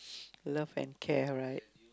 love and care right